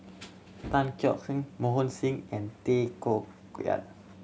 Tan Keong Mohan Singh and Tay Koh Yat